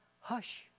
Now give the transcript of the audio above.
Hush